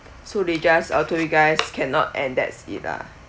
so they just uh told you guys cannot and that's it lah